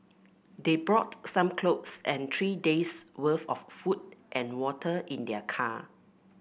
they brought some clothes and three days' worth of food and water in their car